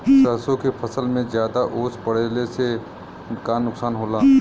सरसों के फसल मे ज्यादा ओस पड़ले से का नुकसान होला?